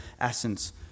essence